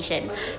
okay